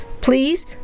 please